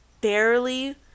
barely